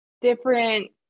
different